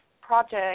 project